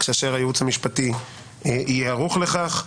כאשר הייעוץ המשפטי יהיה ערוך לכך.